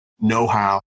know-how